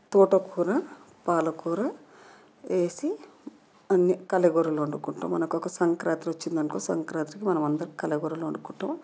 తోటకూర పాలకూర వేసిఅన్ని కలగూరలు వండుకుంటాం మనకు ఒక సంక్రాంతి వచ్చింది అనుకో సంక్రాంతికి మనమందరం కలగూరలు వండుకుంటాం